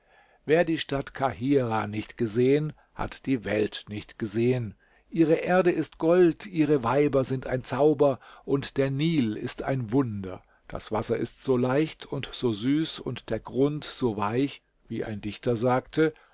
wer die stadt kahirah nicht gesehen hat die welt nicht gesehen ihre erde ist gold ihre weiber sind ein zauber und der nil ist ein wunder das wasser ist so leicht und so süß und der grund so weich wie ein dichter sagte